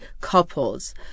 couples